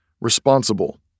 responsible